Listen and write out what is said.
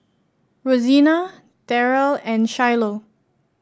Rosena Daryle and Shiloh